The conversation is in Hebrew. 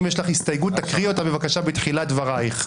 אם יש לך הסתייגות תקריאי אותה בבקשה בתחילת דברייך.